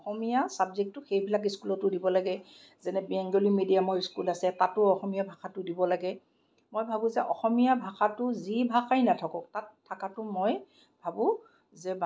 অসমীয়া ছাবজেক্টটো সেইবিলাক স্কুলতো দিব লাগে যেনে বেংগুলী মিডিয়ামৰ স্কুল আছে তাতো অসমীয়া ভাষাটো দিব লাগে মই ভাৱো যে অসমীয়া ভাষাটো যি ভাষাই নাথাকক তাত থকাটো মই ভাৱো